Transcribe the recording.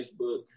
Facebook